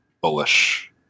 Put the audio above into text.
Bullish